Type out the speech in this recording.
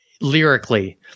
Lyrically